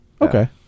Okay